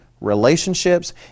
relationships